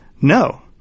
no